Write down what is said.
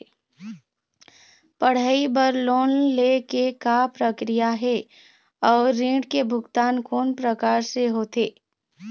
पढ़ई बर लोन ले के का प्रक्रिया हे, अउ ऋण के भुगतान कोन प्रकार से होथे?